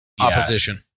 opposition